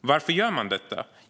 Varför gör man detta?